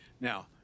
Now